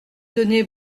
donner